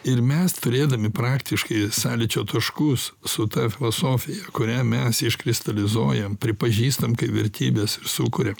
ir mes turėdami praktiškai sąlyčio taškus su ta filosofija kurią mes iškristalizuojam pripažįstam kaip vertybes sukuria